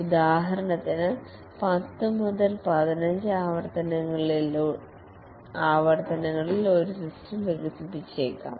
ഉദാഹരണത്തിന് 10 മുതൽ 15 ആവർത്തനങ്ങളിൽ ഒരു സിസ്റ്റം വികസിപ്പിച്ചേക്കാം